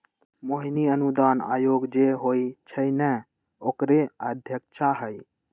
मोहिनी अनुदान आयोग जे होई छई न ओकरे अध्यक्षा हई